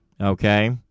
Okay